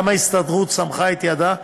גם ההסתדרות סמכה את ידה,